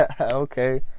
Okay